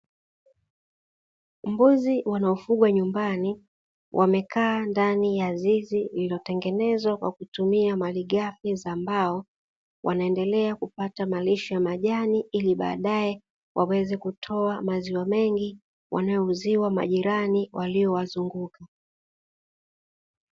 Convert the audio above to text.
Mbuzi wanaofugwa nyumbani wamekaa ndani ya zizi iliyotengenezwa kwa kutumia malighafi za mbao, wanaendelea kupata malisho ya majani ili baadae waweze kupata maziwa mengi kuwauzia majirani walio wazunguka.